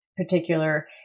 Particular